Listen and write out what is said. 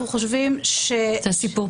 הרי לא בשביל הצעת החוק הזאת שבסופו של דבר